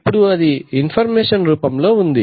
ఇప్పుడు ఇది ఇన్ఫర్మేషన్ రూపంలో ఉంది